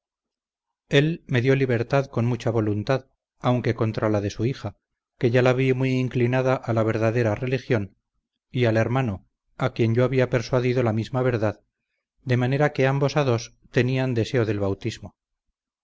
él me dió libertad con mucha voluntad aunque contra la de su hija que ya la vi muy inclinada a la verdadera religión y al hermano a quien yo había persuadido la misma verdad de manera que ambos a dos tenían deseo del bautismo